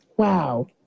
wow